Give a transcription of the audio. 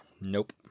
nope